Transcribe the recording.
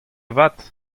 vat